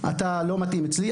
אתה לא מתאים לי,